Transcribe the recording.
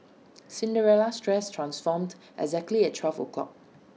Cinderella's dress transformed exactly at twelve o'clock